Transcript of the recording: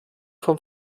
vom